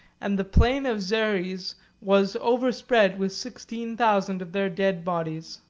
and the plain of xeres was overspread with sixteen thousand of their dead bodies.